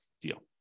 deal